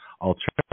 alternative